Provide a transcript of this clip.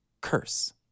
curse